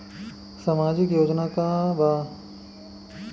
सामाजिक योजना का बा?